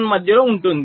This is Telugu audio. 1 మధ్య ఉంటుంది